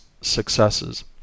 successes